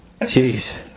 Jeez